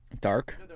Dark